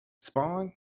Spawn